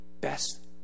best